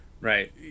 Right